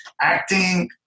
acting